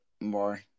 more